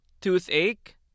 toothache